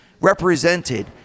represented